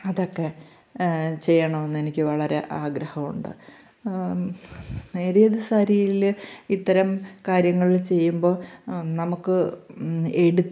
അതൊക്കെ ചെയ്യണമെന്ന് എനിക്ക് വളരെ ആഗ്രഹമുണ്ട് നേരിയത് സാരിയിൽ ഇത്തരം കാര്യങ്ങൾ ചെയ്യുമ്പോൾ നമുക്ക് എടുത്ത്